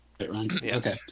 Okay